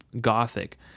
gothic